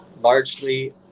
largely